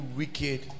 wicked